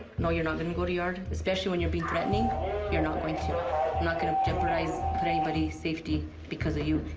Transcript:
no, you're not going to go to yard, especially when you're being threatening you're not going to. i'm not going to jeopardize anybody's safety because of you.